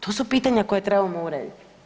To su pitanja koja trebamo urediti.